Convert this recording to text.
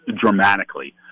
dramatically